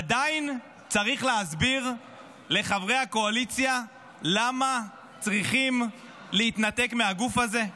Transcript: עדיין צריך להסביר לחברי הקואליציה למה צריכים להתנתק מהגוף הזה,